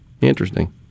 Interesting